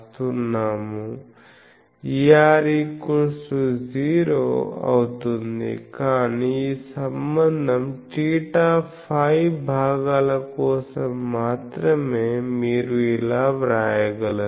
Er ≃0 అవుతుంది కానీ ఈ సంబంధం θ φ భాగాల కోసం మాత్రమే మీరు ఇలా వ్రాయగలరు